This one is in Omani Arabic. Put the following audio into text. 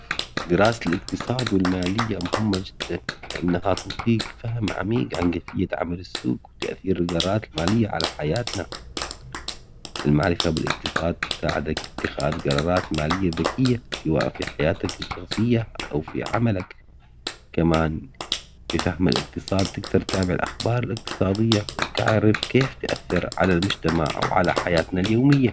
دراسة الاقتصاد والمالية مهمة جداً لأنها تنطيك فهم عميق عن كيفية عمل السوق وتأثير القرارات المالية على حياتنا، المعرفة بالاقتصاد تساعدك في اتخاذ قرارات مالية ذكية سواءً في حياتك الشخصية أو في عملك، كمان بفهم الاقتصاد تقدر تتابع الأخبار الاقتصادية وتعرف كيف تأثر على المجتمع وعلى حياتنا اليومية.